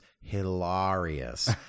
hilarious